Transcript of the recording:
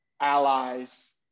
allies